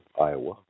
Iowa